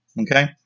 Okay